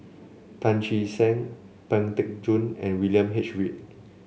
Tan Che Sang Pang Teck Joon and William H Read